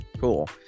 cool